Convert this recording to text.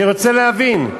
אני רוצה להבין.